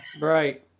Right